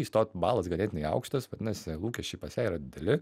įstot balas ganėtinai aukštas vadinasi lūkesčiai pas ją yra dideli